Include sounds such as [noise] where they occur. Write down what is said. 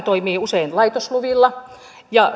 [unintelligible] toimii usein laitosluvilla ja